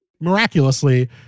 miraculously